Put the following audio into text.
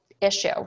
issue